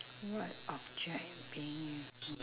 what object being useful